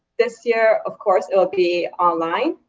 this year, of course, it will be online.